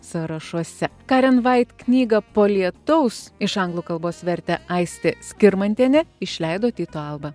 sąrašuose karen vait knygą po lietaus iš anglų kalbos vertė aistė skirmantienė išleido tyto alba